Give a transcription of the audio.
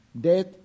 death